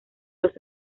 los